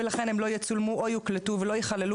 ולכן הם לא יצולמו או יוקלטו ולא ייכללו